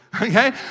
okay